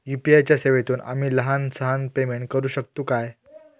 UPI च्या सेवेतून आम्ही लहान सहान पेमेंट करू शकतू काय?